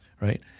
right